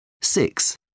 Six